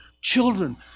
children